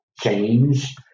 change